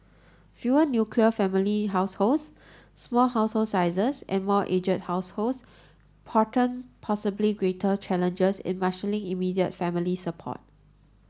fewer nuclear family households small household sizes and more aged households portend possibly greater challenges in marshalling immediate family support